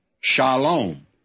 shalom